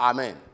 Amen